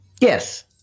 Yes